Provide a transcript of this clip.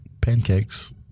Pancakes